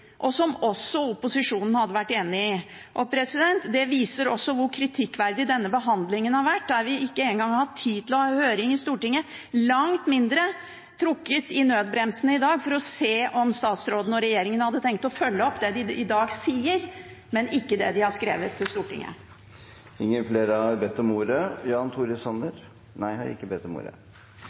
og som opposisjonen hadde vært enig i. Det viser hvor kritikkverdig denne behandlingen har vært. Vi har ikke engang hatt tid til å ha høring i Stortinget, langt mindre til å trekke i nødbremsene i dag, for å se om statsråden og regjeringen hadde tenkt å følge opp det de i dag sier, men ikke har skrevet, til Stortinget. Flere har ikke bedt om ordet til sak nr. 3. Forslagene til endringer i husbankloven har